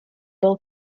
bull